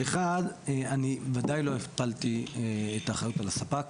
אחד, אני ודאי לא הפלתי את האחריות על הספק.